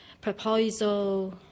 proposal